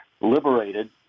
liberated